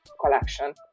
collection